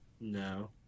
No